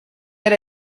era